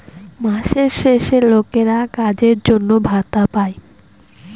মাসের শেষে লোকেরা কাজের জন্য ভাতা পাই